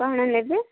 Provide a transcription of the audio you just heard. କ'ଣ ନେବେ